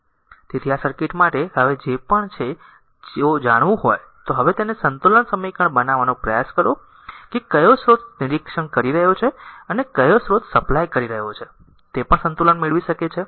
તેથી આ સર્કિટ માટે હવે જે પણ છે જો જાણવું હોય તો હવે તેને સંતુલન સમીકરણ બનાવવાનો પ્રયાસ કરો કે કયો સ્રોત નિરીક્ષણ કરી રહ્યો છે અને કયો સ્રોત સપ્લાય કરી રહ્યો છે તે પણ સંતુલન મેળવી શકે છે